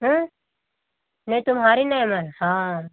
हँ नै तुम्हारी नै हम हाँ